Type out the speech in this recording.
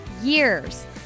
years